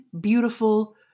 beautiful